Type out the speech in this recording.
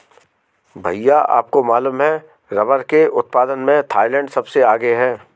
भैया आपको मालूम है रब्बर के उत्पादन में थाईलैंड सबसे आगे हैं